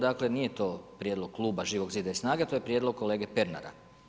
Dakle, nije to prijedlog Kluba Živog zida i SNAGA-e, to je prijedlog kolege Pernara.